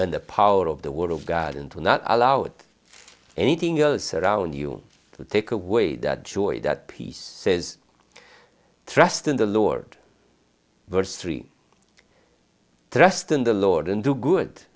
in the power of the word of god and to not allow it anything else around you to take away that joy that peace says trust in the lord verse three dressed in the lord and do good